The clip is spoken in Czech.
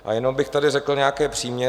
A jenom bych tady řekl nějaké příměry.